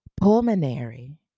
pulmonary